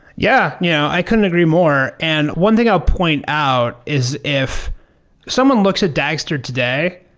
yeah yeah. i couldn't agree more. and one thing i'll point out is if someone looks at dagster today,